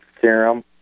serum